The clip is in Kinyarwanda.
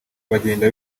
bagenda